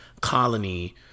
colony